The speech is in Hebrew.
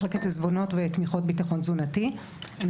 מחלקת עיזבונות ותמיכות ביטחון תזונתי במשרד הרווחה.